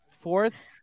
fourth